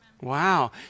Wow